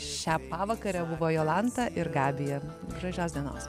šią pavakarę buvo jolanta ir gabija gražios dienos